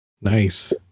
Nice